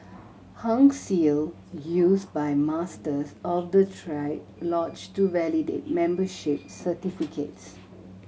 Hung Seal used by Masters of the triad lodge to validate membership certificates